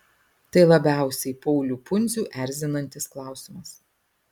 tai labiausiai paulių pundzių erzinantis klausimas